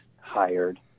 hired